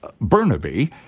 burnaby